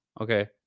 Okay